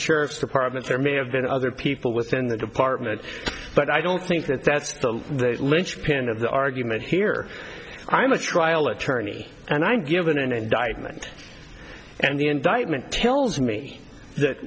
sheriff's departments there may have been other people within the department but i don't think that that's the linchpin of the argument here i'm a trial attorney and i'm given an indictment and the indictment tells me that